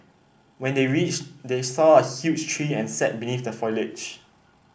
when they reached they saw a huge tree and sat beneath the foliage